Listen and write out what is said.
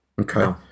Okay